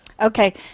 Okay